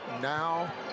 now